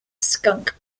skunk